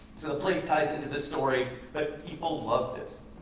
the place ties into this story. but people loved this.